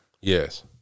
Yes